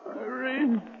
Irene